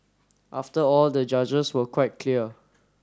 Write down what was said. after all the judges were quite clear